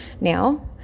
Now